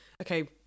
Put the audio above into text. Okay